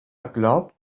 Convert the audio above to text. glaubt